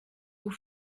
aux